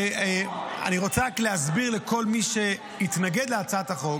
אני רוצה רק להסביר לכל מי שהתנגד להצעת החוק